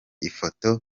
ifoto